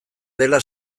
dela